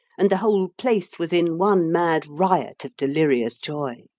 and the whole place was in one mad riot of delirious joy.